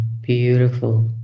Beautiful